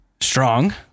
strong